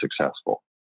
successful